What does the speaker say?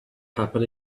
happen